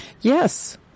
Yes